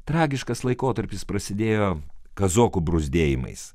tragiškas laikotarpis prasidėjo kazokų bruzdėjimais